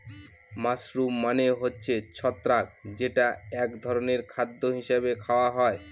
mushroom মানে হচ্ছে ছত্রাক যেটা এক ধরনের খাদ্য হিসাবে খাওয়া হয়